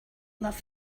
love